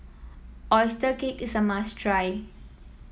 oyster cake is a must try